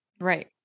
Right